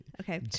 Okay